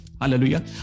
Hallelujah